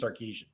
Sarkeesian